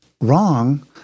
wrong